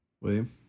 William